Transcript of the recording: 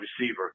receiver